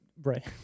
Right